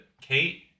Kate